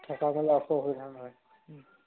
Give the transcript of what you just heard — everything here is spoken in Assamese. থকা মেলা আছে একো অসুবিধা নহয়